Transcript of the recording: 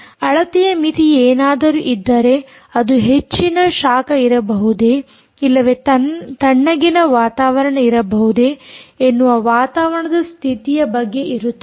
ಅಳತೆಯ ಮಿತಿ ಏನಾದರೂ ಇದ್ದರೆ ಅದು ಅಲ್ಲಿ ಹೆಚ್ಚಿನ ಶಾಖ ಇರಬಹುದೇ ಇಲ್ಲವೇ ತಣ್ಣಗಿನ ವಾತಾವರಣ ಇರಬಹುದೇ ಎನ್ನುವ ವಾತಾವರಣದ ಸ್ಥಿತಿಯ ಬಗ್ಗೆ ಇರುತ್ತದೆ